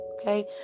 okay